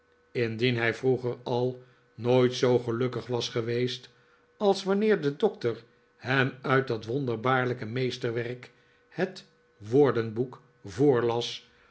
indien hij vroeger al nooit zoo gelukkig was geweest als wanneer de doctor hem uit dat wonderbaarlijke meesterwerk het woordenboek voorlas